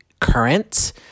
current